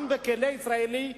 גם בכלא הישראלי,